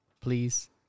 please